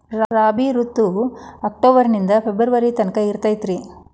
ರಾಬಿ ಋತು ಅಕ್ಟೋಬರ್ ನಿಂದ ಫೆಬ್ರುವರಿ ತನಕ ಇರತೈತ್ರಿ